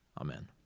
amen